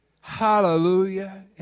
Hallelujah